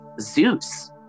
Zeus